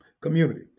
Community